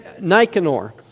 Nicanor